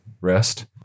rest